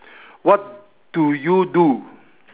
what do you do